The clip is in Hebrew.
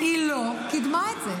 היא לא קידמה את זה.